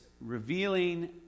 revealing